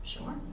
Sure